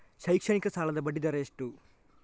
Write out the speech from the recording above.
ಶೈಕ್ಷಣಿಕ ಸಾಲದ ಬಡ್ಡಿ ದರ ಎಷ್ಟು?